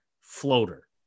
floater